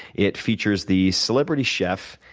it features the celebrity chef,